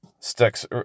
sticks